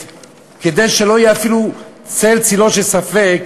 כדי שלא יהיה צל צלו של ספק,